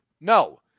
No